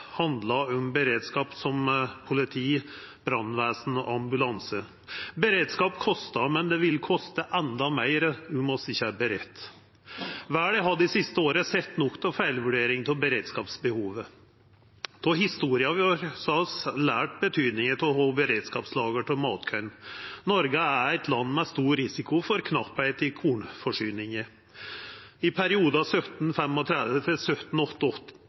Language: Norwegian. handlar om beredskap som politi, brannvesen og ambulanse. Beredskap kostar, men det vil kosta endå meir om vi ikkje er budd. Verda har dei siste åra sett nok av feilvurdering av beredskapsbehovet. Av historia vår har vi lært betydinga av å ha beredskapslager av matkorn. Noreg er eit land med stor risiko for knappheit i kornforsyninga. I perioden 1735 til